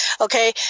okay